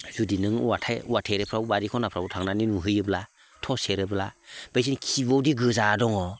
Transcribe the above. जुदि नों औवा थाइ औवा थेरेफ्राव बारिफ्राव खनाफ्राव थांनानै नुहैयोब्ला थर्स सेरोब्ला बिसोरनि खिबुआवदि गोजा दङ